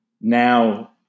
now